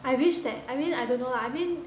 I wish that I mean I don't know lah I mean